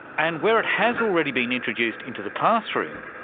and where it has already been introduced into the classroom,